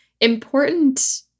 important